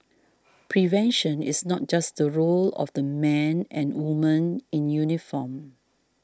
prevention is not just role of the men and women in uniform